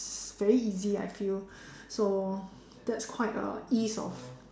very easy I feel so that's quite a ease of